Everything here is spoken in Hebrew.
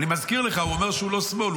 אני מזכיר לך, הוא אומר שהוא לא שמאל.